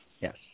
Yes